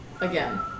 Again